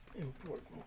important